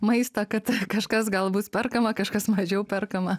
maistą kad kažkas gal bus perkama kažkas mažiau perkama